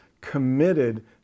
committed